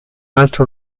altro